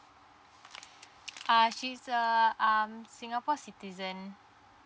uh she's a um singapore citizen